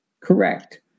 Correct